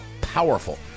powerful